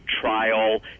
trial